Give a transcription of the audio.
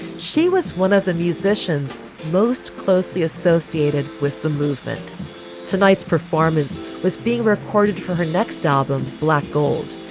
she was one of the musicians most closely associated with the movement tonight's performance was being recorded for her next album, black gold,